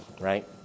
Right